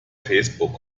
facebook